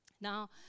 Now